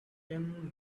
thin